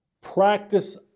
practice